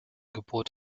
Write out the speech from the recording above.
geburt